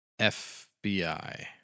FBI